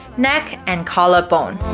neck and collarbone